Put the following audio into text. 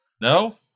no